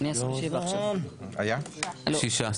שישה.